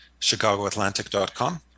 ChicagoAtlantic.com